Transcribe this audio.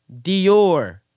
Dior